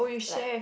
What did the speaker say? like